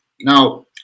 now